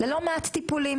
ללא מעט טיפולים